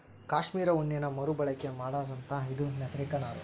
cashmere ಉಣ್ಣೇನ ಮರು ಬಳಕೆ ಮಾಡತಾರಂತ ಇದು ನೈಸರ್ಗಿಕ ನಾರು